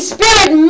Spirit